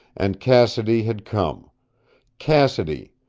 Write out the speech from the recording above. and cassidy had come cassidy,